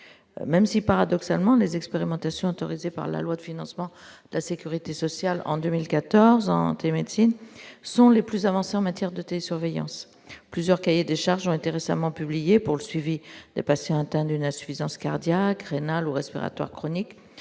même si, paradoxalement, les expérimentations autorisées par la loi de financement de la Sécurité sociale en 2014 médecine sont les plus avancés en matière de télésurveillance plusieurs cahiers des charges ont été récemment publiés pour et passé un temps d'une insuffisance cardiaque, rénale ou respiratoire chronique,